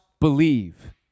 believe